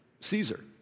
Caesar